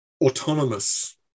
autonomous